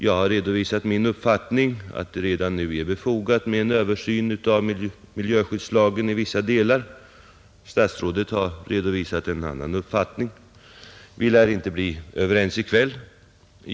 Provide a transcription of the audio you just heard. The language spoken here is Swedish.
Jag har redovisat min uppfattning att det redan nu är befogat med en översyn av vissa delar i miljöskyddslagen. Statsrådet har redovisat en annan uppfattning. Vi lär inte bli överens i kväll.